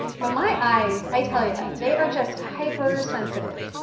but my eyes, i tell ya, they are just hyper-sensitive.